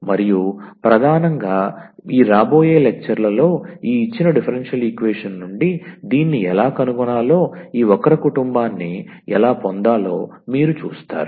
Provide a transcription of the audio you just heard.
మరియు ప్రధానంగా ఈ రాబోయే లెక్చర్ లలో ఈ ఇచ్చిన డిఫరెన్షియల్ ఈక్వేషన్ నుండి దీన్ని ఎలా కనుగొనాలో ఈ వక్ర కుటుంబాన్ని ఎలా పొందాలో మీరు చూస్తారు